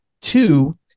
Two